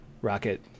rocket